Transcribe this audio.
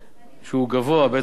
שהוא גבוה בעת החלוקה.